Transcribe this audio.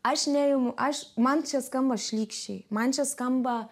aš neimu aš man čia skamba šlykščiai man čia skamba